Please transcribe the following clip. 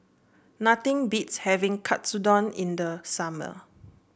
nothing beats having Katsudon in the summer